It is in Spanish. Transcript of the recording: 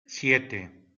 siete